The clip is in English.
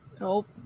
Nope